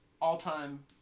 all-time